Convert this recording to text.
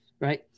right